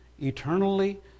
eternally